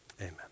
Amen